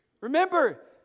Remember